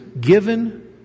given